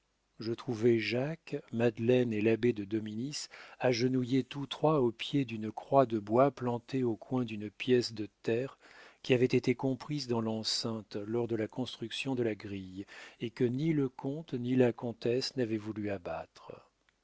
je trouvai jacques madeleine et l'abbé de dominis agenouillés tous trois au pied d'une croix de bois plantée au coin d'une pièce de terre qui avait été comprise dans l'enceinte lors de la construction de la grille et que ni le comte ni la comtesse n'avaient voulu abattre